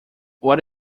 what